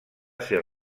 ser